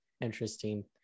interesting